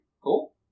Cool